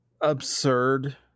absurd